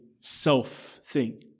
self-thing